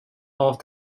off